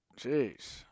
jeez